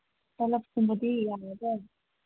ꯇꯂꯞꯀꯨꯝꯕꯗꯤ ꯌꯥꯔꯗ꯭ꯔꯥ